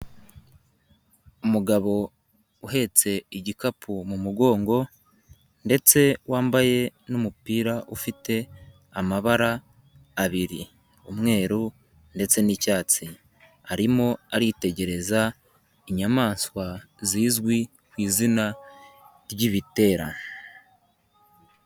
Umugabo uhetse igikapu mu mugongo ndetse wambaye n'umupira ufite amabara abiri; umweru ndetse n'icyatsi arimo aritegereza inyamaswa zizwi ku izina ry'ibitera.